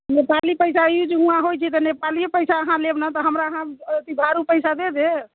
नेपाली पैसा यूज उहाँ होइत छै तऽ नेपालिये पैसा अहाँ लेब ने हमरा अहाँ अथी भारू पैसा दे देब